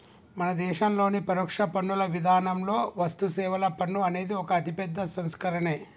మన దేశంలోని పరోక్ష పన్నుల విధానంలో వస్తుసేవల పన్ను అనేది ఒక అతిపెద్ద సంస్కరనే